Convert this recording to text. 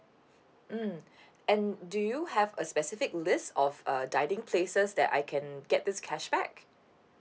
mm and do you have a specific list of err dining places that I can get this cashback